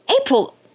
April –